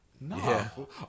No